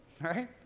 Right